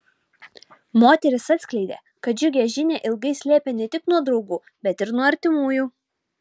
moteris atskleidė kad džiugią žinią ilgai slėpė ne tik nuo draugų bet ir nuo artimųjų